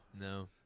No